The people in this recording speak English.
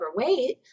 overweight